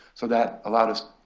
so that allowed us